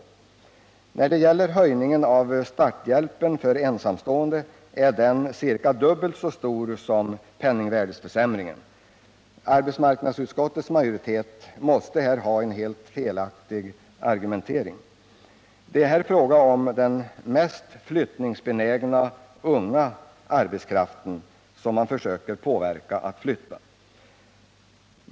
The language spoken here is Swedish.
När det gäller höjningen av starthjälpen för ensamstående är den ungefär dubbelt så stor som penningvärdeförsämringen. Arbetsmarknadsutskottets majoritet måste här ha en helt felaktig argumentering. Det är här fråga om den mest flyttningsbenägna unga arbetskraften, som man främst försöker påverka att flytta.